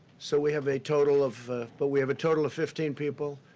so we have a total of but we have a total of fifteen people,